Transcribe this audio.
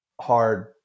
hard